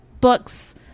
books